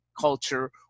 culture